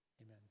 Amen